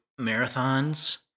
marathons